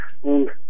Und